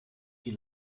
die